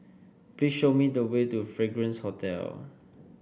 please show me the way to Fragrance Hotel